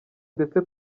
ndetse